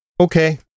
Okay